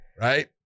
right